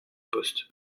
poste